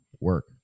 work